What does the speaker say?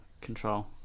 Control